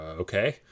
okay